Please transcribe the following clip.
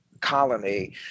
colony